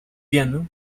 piano